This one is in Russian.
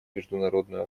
международную